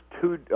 two